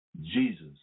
Jesus